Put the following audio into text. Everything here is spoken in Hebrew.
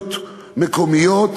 רשויות מקומיות